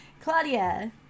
Claudia